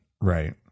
Right